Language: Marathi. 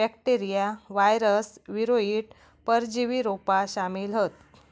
बॅक्टेरिया, वायरस, वीरोइड, परजीवी रोपा शामिल हत